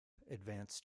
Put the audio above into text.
advance